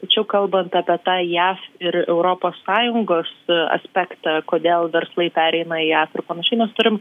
tačiau kalbant apie tą jav ir europos sąjungos aspektą kodėl verslai pereina į afriką panašiai mes turim